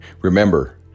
Remember